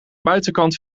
buitenkant